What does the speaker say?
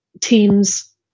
teams